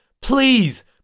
please